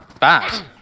bad